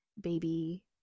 baby